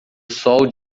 sol